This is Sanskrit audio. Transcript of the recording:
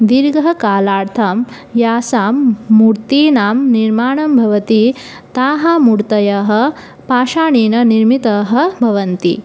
दीर्घकालार्थं यासां मूर्तीनां निर्माणं भवति ताः मूर्तयः पाषाणेन निर्मिताः भवन्ति